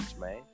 man